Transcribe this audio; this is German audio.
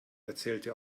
erzählte